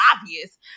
obvious